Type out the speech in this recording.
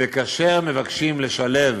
וכאשר מבקשים לשלב